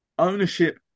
ownership